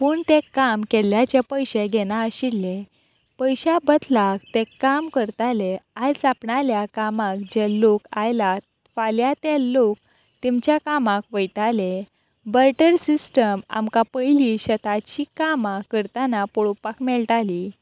पूण तें काम केल्ल्याचे पयशे घेना आशिल्ले पयश्या बदला तें काम करताले आयज आपणाल्या कामाक जे लोक आयला फाल्यां ते लोक तेमच्या कामाक वयताले बाटर सिस्टम आमकां पयली शेताची कामां करताना पळोवपाक मेळटाली